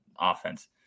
offense